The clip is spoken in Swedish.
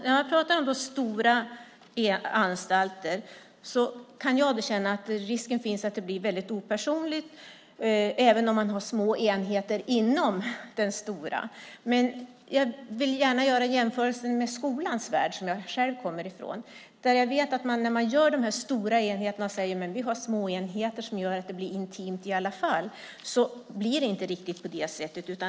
När man pratar om stora anstalter kan jag känna att risken finns att det blir opersonligt, även om det finns små enheter inom det stora. Jag vill gärna göra en jämförelse med skolans värld, som jag själv kommer från. När man skapar dessa stora enheter och säger att det finns små enheter som gör det intimt i alla fall blir det inte riktigt så.